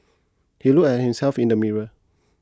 he looked at himself in the mirror